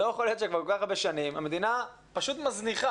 לא יכול להיות שכל כך הרבה שנים המדינה פשוט מזניחה